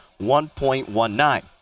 1.19